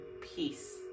peace